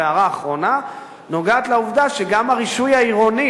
והערה אחרונה נוגעת לעובדה שגם הרישוי העירוני